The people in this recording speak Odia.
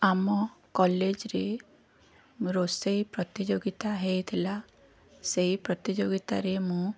ଆମ କଲେଜ୍ରେ ରୋଷେଇ ପ୍ରତିଯୋଗୀତା ହେଇଥିଲା ସେଇ ପ୍ରତିଯୋଗୀତାରେ ମୁଁ